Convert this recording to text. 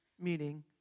meaning